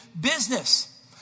business